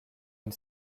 une